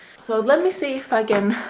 so let me see if i can